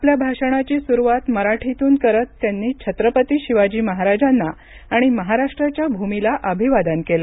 आपल्या भाषणाची सुरुवात मराठीतून करत त्यांनी छत्रपती शिवाजी महाराजांना आणि महाराष्ट्राच्या भूमिला अभिवादन केलं